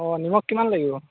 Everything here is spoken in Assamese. অ নিমখ কিমান লাগিব